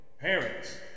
Parents